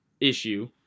issue